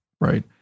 right